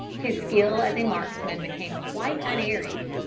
his skill as a marksman became quite unerring.